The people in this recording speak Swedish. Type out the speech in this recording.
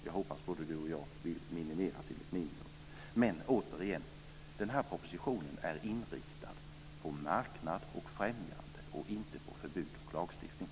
Jag hoppas att både Ola Karlsson och jag vill minimera dem. Den här propositionen är inriktad på marknad och främjande och inte på förbud och lagstiftning.